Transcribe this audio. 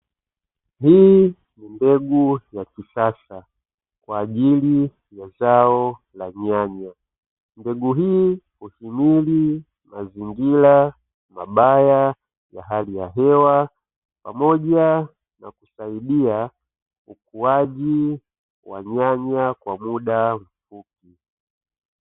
Hii ni mbegu ya kisasa kwa ajili ya zao la nyanya. Mbegu hii huhimili mazingira mabaya ya hali ya hewa, pamoja na kusaidia ukuaji wa nyanya kwa muda mfupi.